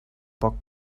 poc